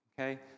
okay